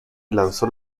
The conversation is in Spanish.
lanzó